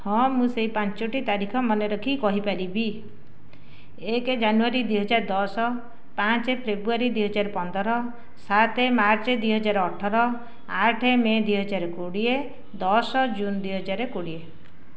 ହଁ ମୁଁ ସେହି ପାଞ୍ଚଟି ତାରିଖ ମନେ ରଖି କହିପାରିବି ଏକ ଜାନୁୟାରୀ ଦୁଇହାଜର ଦଶ ପାଞ୍ଚ ଫେବୃୟାରୀ ଦୁଇହଜାର ପନ୍ଦର ସାତ ମାର୍ଚ୍ଚ ଦୁଇହଜାର ଅଠର ଆଠ ମେ ଦୁଇହଜାର କୋଡ଼ିଏ ଦଶ ଜୁନ୍ ଦୁଇହଜାର କୋଡ଼ିଏ